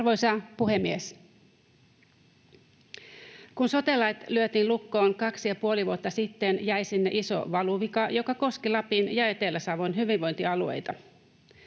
Arvoisa puhemies! Kun sote-lait lyötiin lukkoon kaksi ja puoli vuotta sitten, jäi sinne iso valuvika, joka koski Lapin ja Etelä-Savon hyvinvointialueita.